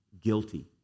guilty